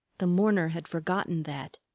the mourner had forgotten that.